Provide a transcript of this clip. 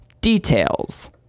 details